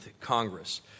Congress